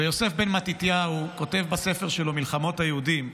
ויוסף בן מתתיהו כותב בספר שלו "מלחמות היהודים"